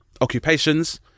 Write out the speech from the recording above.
occupations